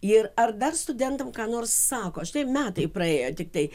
ir ar dar studentam ką nors sako štai metai praėjo tiktai